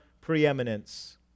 preeminence